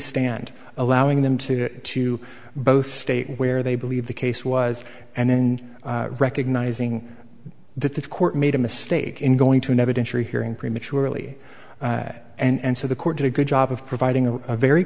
stand allowing them to to both stay where they believe the case was and then recognizing that the court made a mistake in going to an evidentiary hearing prematurely and so the court did a good job of providing a very